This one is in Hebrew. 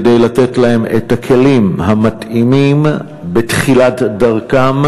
כדי לתת להם את הכלים המתאימים בתחילת דרכם,